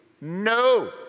No